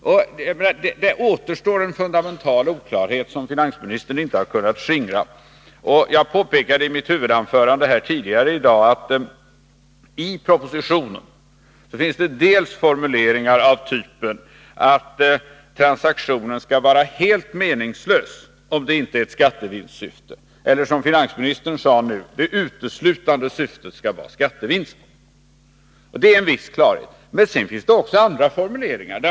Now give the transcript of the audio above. Det återstår en fundamental oklarhet som finansministern inte har kunnat skingra. Jag påpekade i mitt huvudanförande tidigare i dag att det i propositionen finns formuleringar av typen att transaktionen skall vara helt meningslös om det inte finns ett skattevinstsyfte. Finansministern uttryckte det nu så, att det uteslutande syftet skall vara skattevinsten. Det ger en viss klarhet. Men i propositionen finns det också andra formuleringar.